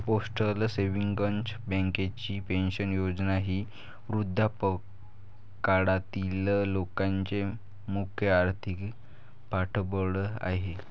postal savings बँकेची pension योजना ही वृद्धापकाळातील लोकांचे मुख्य आर्थिक पाठबळ आहे